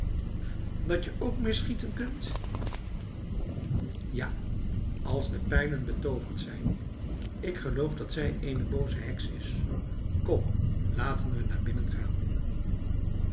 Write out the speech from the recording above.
dat je ook mis schieten kunt ja als de pijlen betooverd zijn ik geloof dat zij eene booze heks is kom laten we naar binnen gaan